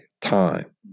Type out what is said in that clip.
time